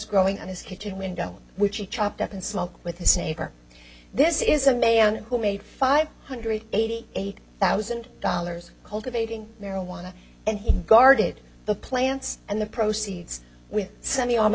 growing at his kitchen window which he chopped up in smoke with his neighbor this is a man who made five hundred eighty eight thousand dollars cultivating marijuana and he guarded the plants and the proceeds